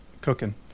cooking